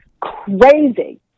crazy